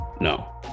no